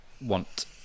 want